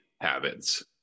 habits